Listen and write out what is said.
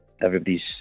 everybody's